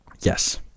Yes